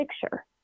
picture